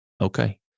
Okay